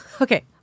Okay